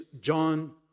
John